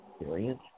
experience